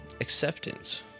acceptance